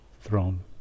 throne